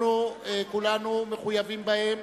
שאנחנו כולנו מחויבים בהן.